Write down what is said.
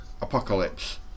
Apocalypse